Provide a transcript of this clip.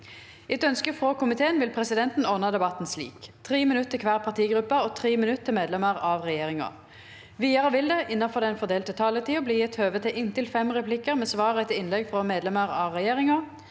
Etter ønske fra justiskomi- teen vil presidenten ordne debatten slik: 3 minutter til hver partigruppe og 3 minutter til medlemmer av regjeringen. Videre vil det – innenfor den fordelte taletid – bli gitt anledning til inntil fem replikker med svar etter innlegg fra medlemmer av regjeringen.